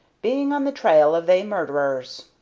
being on the trail of they murderers.